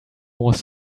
was